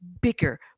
bigger